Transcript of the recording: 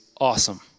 awesome